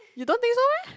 you don't think so meh